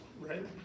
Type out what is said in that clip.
right